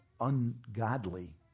ungodly